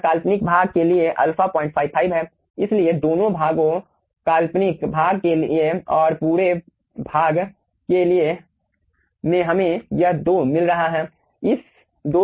और काल्पनिक भाग के लिए अल्फा 055 है इसलिए दोनों भागो काल्पनिक भाग के लिए और पूरे भाग के लिए में हमें यह 2 मिल रहा है